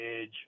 edge